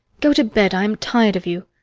go to bed, i am tired of you.